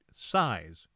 size